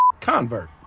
convert